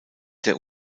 der